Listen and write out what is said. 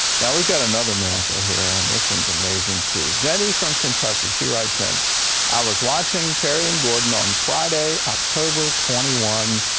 now, we've got another miracle here, and this one is amazing, too. jenny from kentucky writes in i was watching terry and gordon on friday, october twenty one,